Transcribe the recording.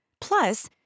Plus